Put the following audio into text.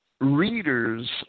readers